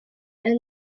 and